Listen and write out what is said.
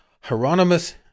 Hieronymus